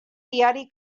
diari